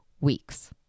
weeks